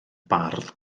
bardd